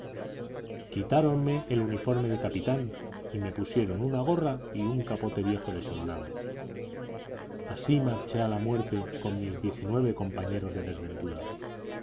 quitáronme el uniforme de capitán y me pusieron una gorra y un capote viejo de soldado así marché a la muerte con mis diecinueve compañeros de desventura